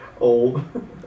Old